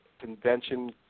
convention